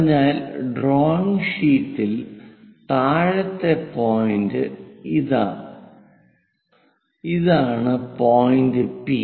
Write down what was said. അതിനാൽ ഡ്രോയിംഗ് ഷീറ്റിൽ താഴത്തെ പോയിന്റ് ഇതാണ് പോയിന്റ് പി